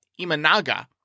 Imanaga